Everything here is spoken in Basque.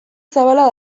zabala